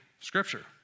Scripture